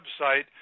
website